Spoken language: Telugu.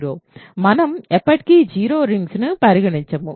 మనం ఎప్పటికీ జీరో రింగ్స్ ను పరిగణించము